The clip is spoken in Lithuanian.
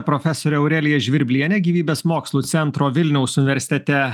profesorė aurelija žvirblienė gyvybės mokslų centro vilniaus universitete